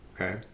Okay